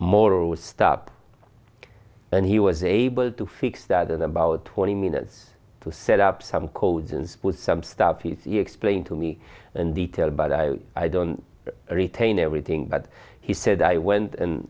moral stop and he was able to fix that in about twenty minutes to set up some codes and with some stuff easy explained to me and detailed but i i don't retain everything but he said i went